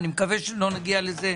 אני מקווה שלא נגיע לזה,